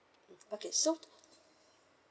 okay so